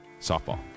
Softball